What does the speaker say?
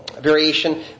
variation